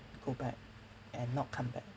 go back and not come back